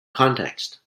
context